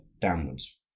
downwards